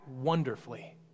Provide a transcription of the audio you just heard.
wonderfully